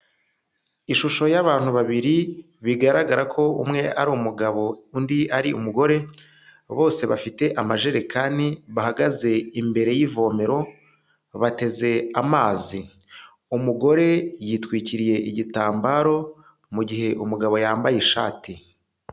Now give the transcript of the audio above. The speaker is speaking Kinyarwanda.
Ishusho y'abantu babiri bigaragara ko umwe ari umugabo, undi ari umugore, bose bafite amajerekani, bahagaze imbere y'ivomero, bateze amazi. Umugore yitwikiriye igitambaro, mu gihe umugabo yambaye ishati.